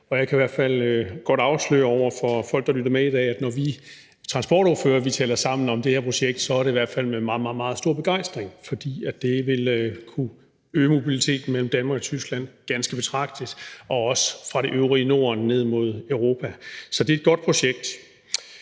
og jeg kan godt afsløre over for folk, der lytter med i dag, at når vi transportordførere taler sammen om det her projekt, er det i hvert fald med meget, meget stor begejstring, for det vil kunne øge mobiliteten mellem Danmark og Tyskland ganske betragteligt og også fra det øvrige Norden ned mod Europa. Så det er et godt projekt.